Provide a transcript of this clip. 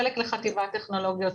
חלק לחטיבת טכנולוגיות,